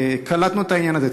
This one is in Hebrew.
קלטנו את העניין הזה,